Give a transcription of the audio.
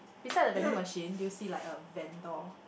beside the vending machine do you see like a vendor